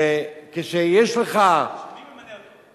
כשיש לך, מי ממנה אותו?